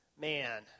man